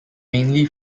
mainly